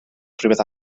rhywbeth